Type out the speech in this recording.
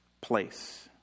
place